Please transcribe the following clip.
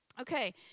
Okay